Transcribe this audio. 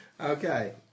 okay